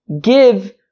give